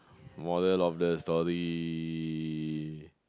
moral of the story